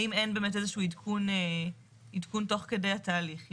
האם אין באמת איזשהו עדכון תוך כדי התהליך?